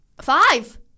Five